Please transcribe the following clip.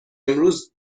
امروز